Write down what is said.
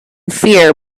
fear